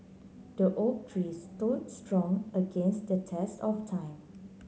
the oak tree stood strong against the test of time